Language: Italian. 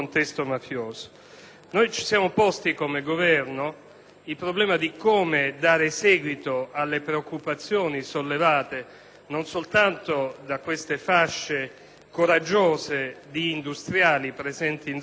il problema di come dare seguito alle preoccupazioni sollevate, non soltanto da queste fasce coraggiose di industriali presenti in zone a rischio, ma anche dall'associazionismo antiracket